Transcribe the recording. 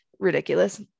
ridiculous